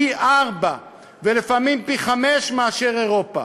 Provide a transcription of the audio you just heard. פי-ארבעה ולפעמים פי-חמישה מאשר באירופה.